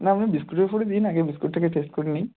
না আপনি বিস্কুটের ওপরে দিন আগে বিস্কুটটাকে টেস্ট করে নিই